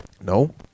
No